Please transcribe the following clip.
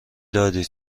دارید